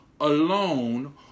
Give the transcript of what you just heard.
alone